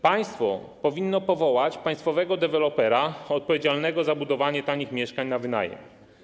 Państwo powinno powołać państwowego dewelopera odpowiedzialnego za budowanie tanich mieszkań na wynajem.